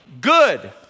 Good